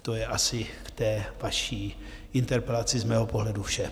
To je asi k té vaší interpelaci z mého pohledu vše.